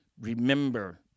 remember